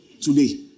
today